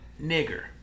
nigger